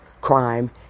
Crime